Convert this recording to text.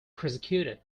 prosecuted